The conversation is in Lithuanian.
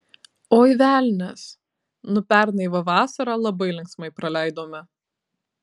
oi velnias nu pernai va vasarą labai linksmai praleidome